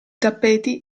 tappeti